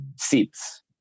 seats